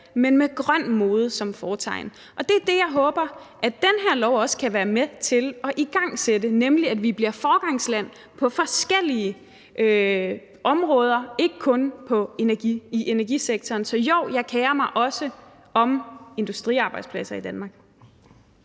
men med grøn mode som fortegn. Og det er det, som jeg håber at den her lov også kan være med til at igangsætte, nemlig at vi bliver et foregangsland på forskellige områder, ikke kun i energisektoren. Så jo, jeg kerer mig også om industriarbejdspladser i Danmark.